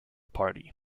party